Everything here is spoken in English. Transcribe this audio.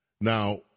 Now